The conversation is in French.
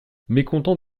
mécontent